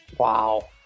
Wow